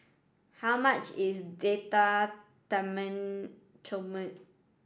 how much is Date Tamarind Chutney